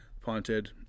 Punted